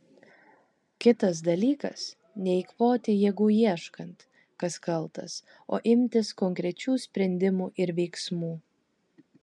kitas dalykas neeikvoti jėgų ieškant kas kaltas o imtis konkrečių sprendimų ir veiksmų